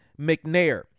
McNair